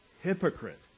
Hypocrite